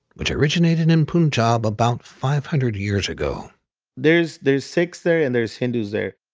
which originated in punjab about five hundred years ago there's there's sikhs there and there's hindus there.